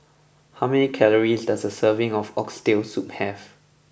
how many calories does a serving of Oxtail Soup have